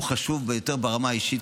הוא חשוב ביותר ברמה האישית,